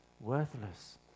worthless